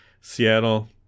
Seattle